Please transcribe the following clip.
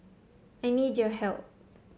I need your help